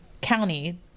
County